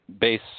base